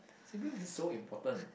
sibling is so important